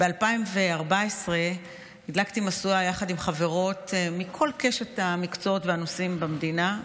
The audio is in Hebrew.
ב-2014 הדלקתי משואה יחד עם חברות מכל קשת המקצועות והנושאים במדינה.